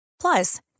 Plus